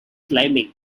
climbing